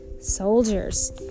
soldiers